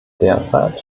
derzeit